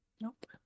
nope